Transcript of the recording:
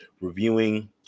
reviewing